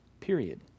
period